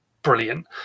brilliant